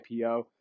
IPO